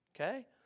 Okay